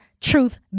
truth